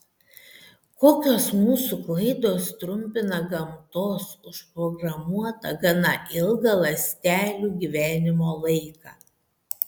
kokios mūsų klaidos trumpina gamtos užprogramuotą gana ilgą ląstelių gyvenimo laiką